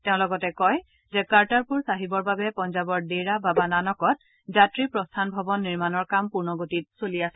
তেওঁ লগতে কয় যে কৰ্টাৰপুৰ চাহিবৰ বাবে পঞ্জাৱৰ দেৰা বাবা নানকত যাত্ৰী প্ৰস্থান ভৱন নিৰ্মাণৰ কাম পূৰ্ণগতিত চলি আছে